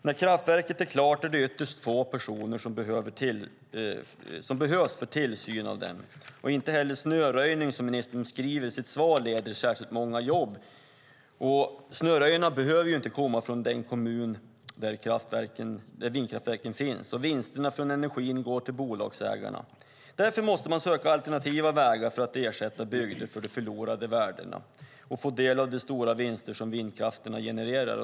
När kraftverket är klart är det ytterst få personer som behövs för tillsyn av det. Inte heller snöröjning, som ministern skriver i sitt svar, leder till särskilt många jobb, och snöröjarna behöver inte komma från den kommun där vindkraftverken finns. Vinsterna från energin går till bolagsägarna. Därför måste man söka alternativa vägar för att ersätta bygder för de förlorade värdena så att de får del av de stora vinster som vindkraften genererar.